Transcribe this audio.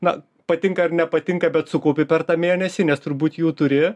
na patinka ar nepatinka bet sukaupei per tą mėnesį nes turbūt jų turi